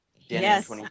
Yes